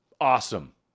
Awesome